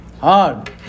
hard